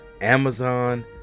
Amazon